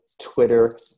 Twitter